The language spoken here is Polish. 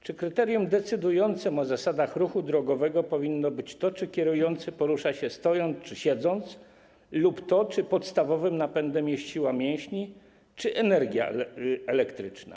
Czy kryterium decydującym o zasadach ruchu drogowego powinno być to, czy kierujący porusza się stojąc, czy siedząc, czy to, czy podstawowym napędem jest siła mięśni czy energia elektryczna?